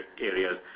areas